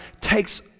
takes